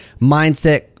mindset